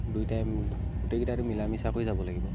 দুই টাইম গোটেইকেইটা মিলা মিচাকৈ যাব লাগিব